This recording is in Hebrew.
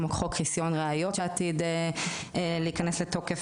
כמו חוק חסיון ראיות שעתיד להיכנס לתוקף